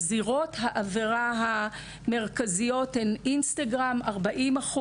אז זירות העבירה המרכזיות הן אינסטגרם-40%,